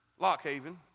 Lockhaven